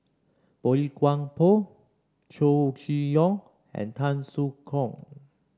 Boey Chuan Poh Chow Chee Yong and Tan Soo Khoon